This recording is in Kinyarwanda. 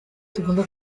tugomba